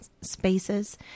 spaces